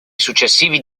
successivi